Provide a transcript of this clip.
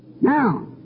Now